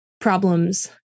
problems